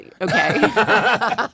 Okay